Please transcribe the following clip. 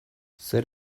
zer